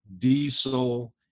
diesel